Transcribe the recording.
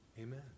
amen